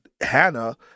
Hannah